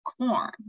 corn